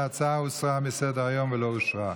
ההצעה הוסרה מסדר-היום ולא אושרה.